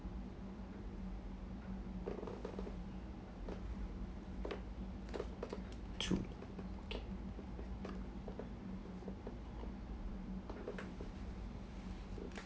true